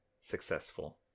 successful